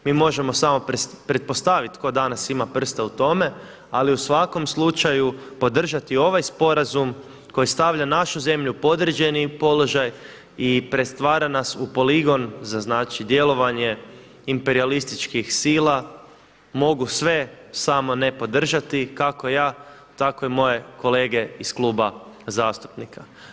Mi možemo samo pretpostaviti tko danas ima prste u tome, ali u svakom slučaju podržati ovaj sporazum koji stavlja našu zemlju u podređeni položaj i pretvara nas u poligon za djelovanje imperijalističkih sila mogu sve samo ne podržati kako ja tako i moje kolege iz kluba zastupnika.